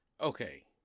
Okay